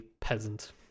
peasant